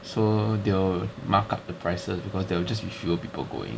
so they'll mark up the prices because there will just be fewer people going